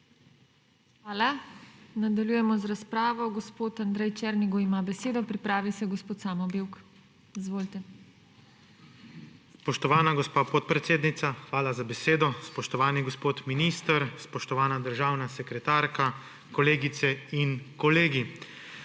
Hvala. Nadaljujemo z razpravo. Gospod Andrej Černigoj ima besedo, pripravi se gospod Samo Bevk. Izvolite. **ANDREJ ČERNIGOJ (PS NSi):** Spoštovana gospa podpredsednica, hvala za besedo. Spoštovani gospod minister, spoštovana državna sekretarka, kolegice in kolegi!